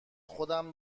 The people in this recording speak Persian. خودم